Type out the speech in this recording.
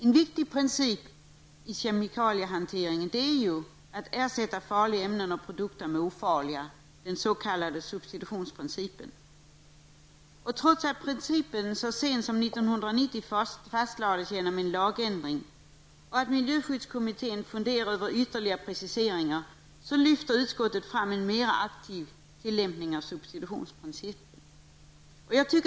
En viktig princip i kemikaliehanteringen är att ersätta farliga ämnen och produkter med ofarliga, den s.k. substitutionsprincipen. Trots att principen så sent som år 1990 fastlades genom lagändring och trots att miljöskyddskommittén funderar över ytterligare preciseringar, så lyfter utskottet fram en mer aktiv tillämpning av substitutionsprincipen.